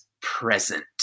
Present